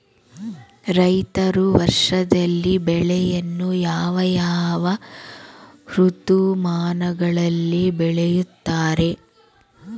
ರೈತರು ವರ್ಷದಲ್ಲಿ ಬೆಳೆಯನ್ನು ಯಾವ ಯಾವ ಋತುಮಾನಗಳಲ್ಲಿ ಬೆಳೆಯುತ್ತಾರೆ?